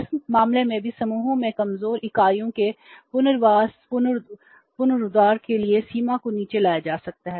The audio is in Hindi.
इस मामले में भी समूहों में कमजोर इकाइयों के पुनर्वास पुनरुद्धार के लिए सीमा को नीचे लाया जा सकता है